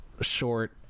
short